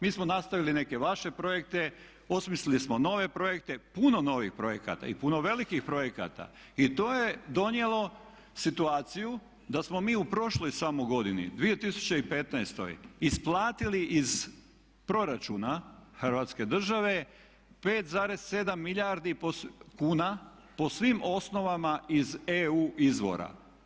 Mi smo nastavili neke vaše projekte, osmislili smo nove projekte, puno novih projekata i puno velikih projekata i to je donijelo situaciju da smo mi u prošloj samo godini 2015. isplatili iz proračuna Hrvatske države 5,7 milijardi kuna po svim osnovama iz EU izvora.